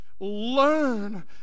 learn